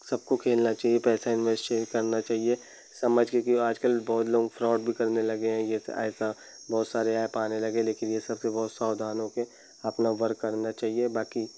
सबको खेलना चाहिए पैसा इन्वेस्चिंग करना चाहिए समझकर क्यों आजकल बहुत लोग फ्रॉड भी करने लगे हैं यह से ऐसा बहुत सारे ऐप आने लगे लेकिन यह सबसे बहुत सावधान होकर अपना वर करना चाहिए बाकी